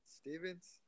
Stevens